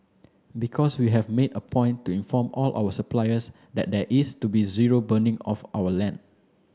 because we have made a point to inform all our suppliers that there is to be zero burning of our land